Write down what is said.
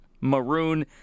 Maroon